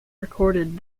recorded